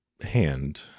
hand